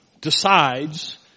decides